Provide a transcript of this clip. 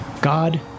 God